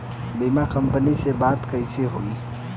बीमा कंपनी में बात कइसे होई?